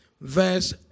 verse